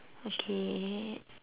okay